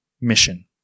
mission